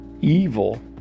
evil